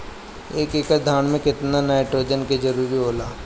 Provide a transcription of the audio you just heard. एक एकड़ धान मे केतना नाइट्रोजन के जरूरी होला?